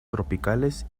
tropicales